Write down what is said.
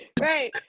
Right